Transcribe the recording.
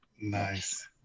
Nice